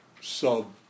sub